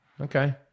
Okay